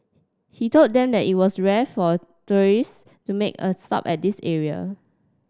he told them that it was rare for tourists to make a stop at this area